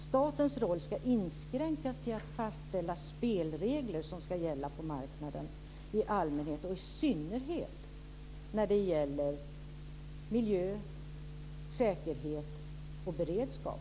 Statens roll ska inskränkas till att fastställa spelregler som ska gälla på marknaden i allmänhet och i synnerhet när det gäller miljö, säkerhet och beredskap.